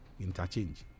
interchange